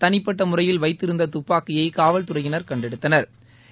தனிப்பட்ட முறையில் வைத்திருந்த துப்பாக்கியை காவல்துறையினா் கண்டெடுத்தனா்